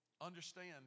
Understand